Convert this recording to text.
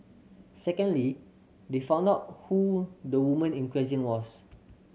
secondly they found out who the woman in question was